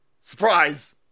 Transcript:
Surprise